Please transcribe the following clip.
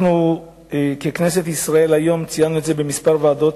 אנחנו ככנסת ישראל ציינו את זה היום בכמה ועדות.